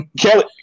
Kelly